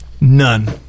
None